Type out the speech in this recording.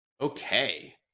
Okay